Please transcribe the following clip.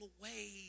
away